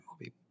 movie